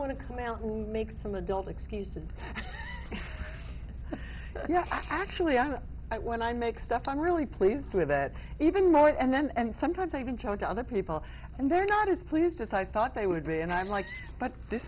want to come out and make some adult excuses yeah actually i know when i make stuff i'm really pleased with that even more and then and sometimes i even talk to other people and they're not as pleased as i thought they would be and i'm like but this